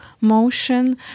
motion